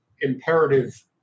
imperative